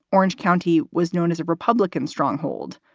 orange county was known as a republican stronghold.